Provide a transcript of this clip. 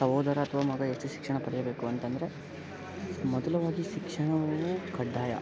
ಸಹೋದರ ಅಥವಾ ಮಗ ಎಷ್ಟು ಶಿಕ್ಷಣ ಪಡೆಯಬೇಕು ಅಂತಂದರೆ ಮೊದಲವಾಗಿ ಶಿಕ್ಷಣವು ಕಡ್ಡಾಯ